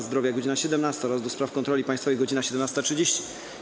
Zdrowia - godz. 17, - do Spraw Kontroli Państwowej - godz. 17.30.